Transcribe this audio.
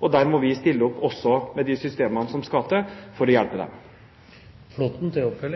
og der må vi stille opp også med de systemene som skal til for å hjelpe